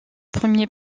premier